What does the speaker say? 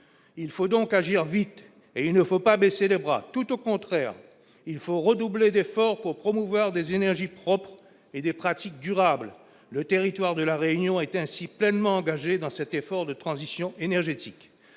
il faut donc agir vite et il ne faut pas baisser les bras tout au contraire, il faut redoubler d'efforts pour promouvoir des énergies propres et des pratiques, durables, le territoire de la réunion a été ainsi pleinement engagé dans cet effort de transition énergétique